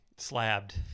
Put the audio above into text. slabbed